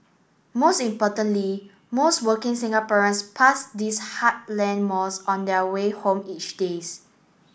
most importantly most working Singaporeans pass these heartland malls on their way home each days